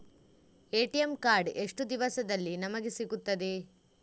ATM card ಎಷ್ಟು ದಿವಸದಲ್ಲಿ ನಮಗೆ ಸಿಗುತ್ತದೆ?